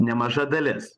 nemaža dalis